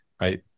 right